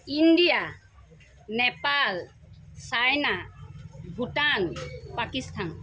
India Nepal China Bhutan Pakistan